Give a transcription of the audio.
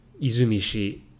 Izumishi